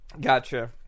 Gotcha